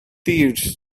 tears